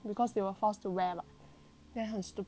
then 很 stupid lor 我觉得 is like